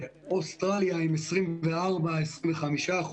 אוסטרליה עם 24-25%,